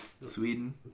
Sweden